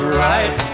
right